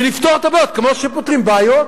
ונפתור את הבעיות כמו שפותרים בעיות.